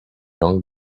young